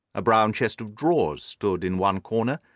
a brown chest of drawers stood in one corner,